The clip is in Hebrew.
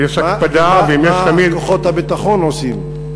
ויש הקפדה, מה כוחות הביטחון עושים?